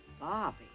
Bobby